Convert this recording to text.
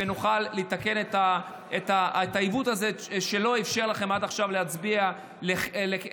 ונוכל לתקן את העיוות הזה שלא אפשר לכם להצביע עד עכשיו,